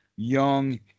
young